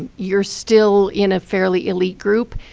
you're still in a fairly elite group.